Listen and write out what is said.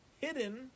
hidden